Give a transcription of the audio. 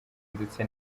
ndetse